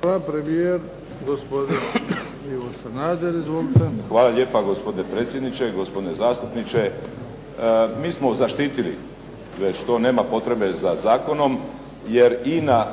Hvala. Premijer, gospodin Ivo Sanader. Izvolite. **Sanader, Ivo (HDZ)** Hvala lijepa gospodine predsjedniče, gospodine zastupniče. Mi smo zaštitili već to, nema potrebe za zakonom jer INA,